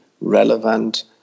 relevant